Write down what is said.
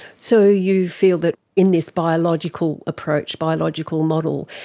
so you feel that in this biological approach, biological model,